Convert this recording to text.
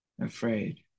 afraid